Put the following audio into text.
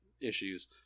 issues